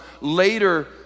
later